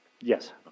yes